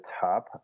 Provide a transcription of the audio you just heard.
top